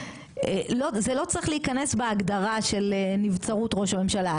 זה לא צריך להיכנס בהגדרה של נבצרות ראש הממשלה,